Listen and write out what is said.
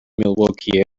milwaukee